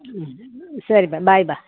ம் சரிப்பா பாய்பா